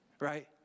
Right